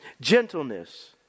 Gentleness